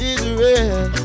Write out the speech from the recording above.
Israel